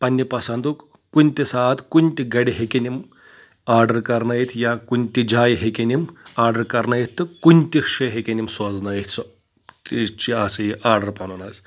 پنٕنہِ پسنٛدُک کُنہِ تہِ ساتہٕ کُنہِ تہِ گرِ ہیٚکن یِم آرڈر کرنٲیِتھ یا کُنہِ تہِ جایہِ ہیٚکن یِم آرڈر کرنٲیِتھ تہٕ کُنہِ تہِ شے ہیٚکن یِم سوزنٲیِتھ سُہ چھِ آسان یہِ آرڈر پنُن حظ